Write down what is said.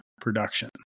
production